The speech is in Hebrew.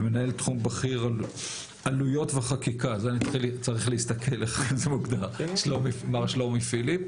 ומנהל תחום בכיר עלויות וחקיקה, מר שלומי פיליפ,